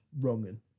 Wronging